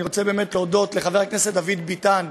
אני רוצה להודות לחבר הכנסת דוד ביטן,